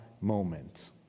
moment